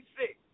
six